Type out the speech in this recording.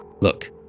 Look